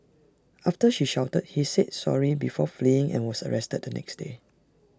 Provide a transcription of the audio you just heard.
after she shouted he said sorry before fleeing and was arrested the next day